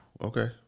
okay